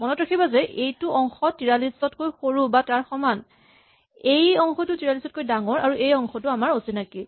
মনত ৰাখিবা যে এইটো অংশ ৪৩ তকৈ সৰু বা তাৰ সমান এই অংশটো ৪৩ তকৈ ডাঙৰ আৰু এই অংশটো অচিনাকী